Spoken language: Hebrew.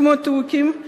כמו תוכים,